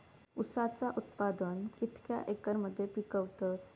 ऊसाचा उत्पादन कितक्या एकर मध्ये पिकवतत?